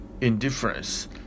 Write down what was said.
indifference